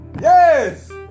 Yes